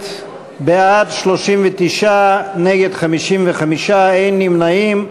בעד, 39, נגד, 55, אין נמנעים.